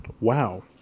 wow